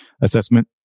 assessment